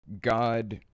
God